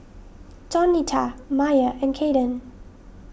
Donita Myer and Kayden